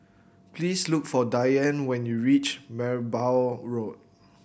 please look for Diane when you reach Merbau Road